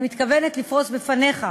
אני מתכוונת לפרוס בפניך,